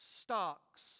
stocks